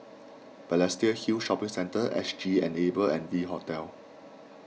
Balestier Hill Shopping Centre S G Enable and V Hotel